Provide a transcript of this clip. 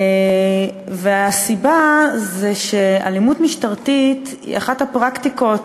והסיבה היא שאלימות משטרתית היא אחת הפרקטיקות